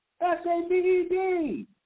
S-A-B-E-D